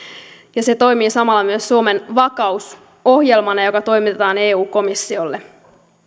ja se toimii samalla myös suomen vakausohjelmana joka toimitetaan eu komissiolle